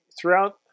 throughout